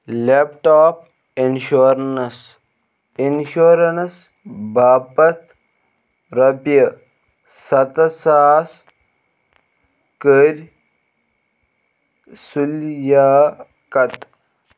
لیپ top insurance insurance باپتھ رۄپیہِ سَتتھ ساس کٔرۍ سِلیاکت